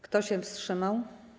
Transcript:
Kto się wstrzymał?